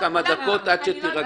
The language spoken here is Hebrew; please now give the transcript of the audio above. אדווה, תצאי לכמה דקות עד שתירגעי.